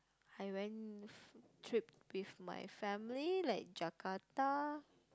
I went trip with my family like Jakarta